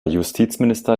justizminister